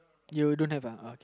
you don't have uh